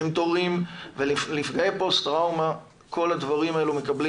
עם תורים ולנפגעי פוסט טראומה כל הדברים האלה מקבלים